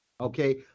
Okay